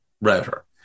router